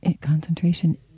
concentration